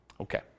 Okay